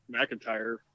mcintyre